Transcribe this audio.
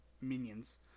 minions